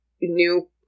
new